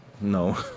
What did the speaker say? no